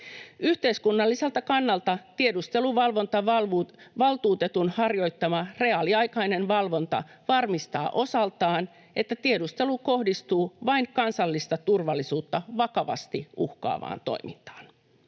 Yhteiskunnalliselta kannalta tiedusteluvalvontavaltuutetun harjoittama reaaliaikainen valvonta varmistaa osaltaan, että tiedustelu kohdistuu vain kansallista turvallisuutta vakavasti uhkaavaan toimintaan.